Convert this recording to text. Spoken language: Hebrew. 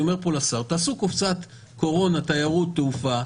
אני אומר פה לשר: תעשו קופסת קורונה לתיירות ותעופה,